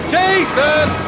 Jason